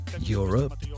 Europe